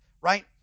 right